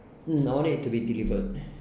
mm I want it to be delivered